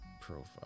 profile